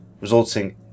resulting